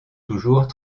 toujours